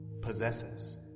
possesses